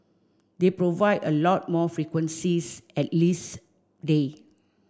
they provide a lot more frequencies at least day